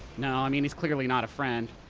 no, i mean, he's clearly not a friend.